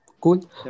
cool